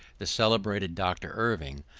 the celebrated doctor irving,